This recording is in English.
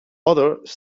others